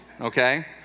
okay